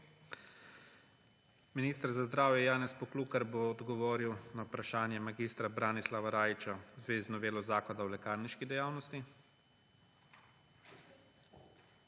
Minister za zdravje, Janez Poklukar bo odgovoril na vprašanje mag. Branislava Rajića v zvezi z novelo Zakona o lekarniški dejavnosti.